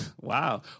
Wow